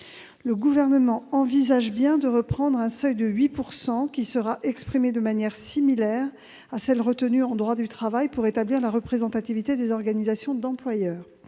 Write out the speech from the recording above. Le Gouvernement envisage bien de reprendre un seuil de 8 %, qui sera exprimé de manière similaire à celle qui est retenue en droit du travail pour établir la représentativité des organisations d'employeurs.